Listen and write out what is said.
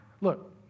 look